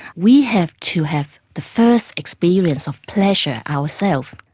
we have to have the first experience of pleasure ourself.